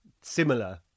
similar